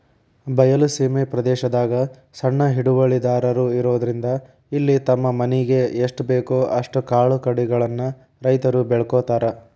ಬಯಲ ಸೇಮಿ ಪ್ರದೇಶದಾಗ ಸಣ್ಣ ಹಿಡುವಳಿದಾರರು ಇರೋದ್ರಿಂದ ಇಲ್ಲಿ ತಮ್ಮ ಮನಿಗೆ ಎಸ್ಟಬೇಕೋ ಅಷ್ಟ ಕಾಳುಕಡಿಗಳನ್ನ ರೈತರು ಬೆಳ್ಕೋತಾರ